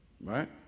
right